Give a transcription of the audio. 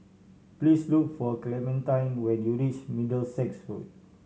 please look for Clementine when you reach Middlesex Road